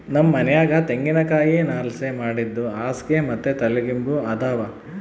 ನಮ್ ಮನ್ಯಾಗ ತೆಂಗಿನಕಾಯಿ ನಾರ್ಲಾಸಿ ಮಾಡಿದ್ ಹಾಸ್ಗೆ ಮತ್ತೆ ತಲಿಗಿಂಬು ಅದಾವ